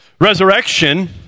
Resurrection